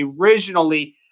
originally